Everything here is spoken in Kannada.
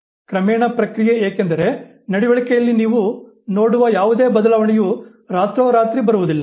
ಕ್ರಮೇಣ ಪ್ರಕ್ರಿಯೆ ಏಕೆಂದರೆ ನಡವಳಿಕೆಯಲ್ಲಿ ನೀವು ನೋಡುವ ಯಾವುದೇ ಬದಲಾವಣೆಯು ರಾತ್ರೋರಾತ್ರಿ ಬರುವುದಿಲ್ಲ